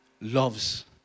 loves